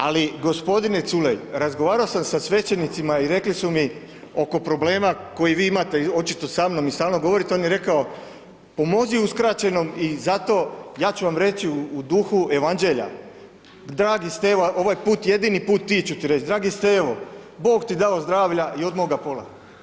Ali g. Culej, razgovarao sam sa svećenicima i rekli su oko problema koji vi imate očito sa mnom i stalno govorite, on je rekao, pomozi uskraćenom i zato, ja ću vam reći u duhu Evanđelja, dragi Stevo, ovaj put jedini put ti ću ti reć, dragi Stevo, Bog ti dao zdravlja i od moga pola.